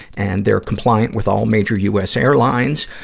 and they're compliant with all major us airlines.